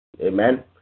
Amen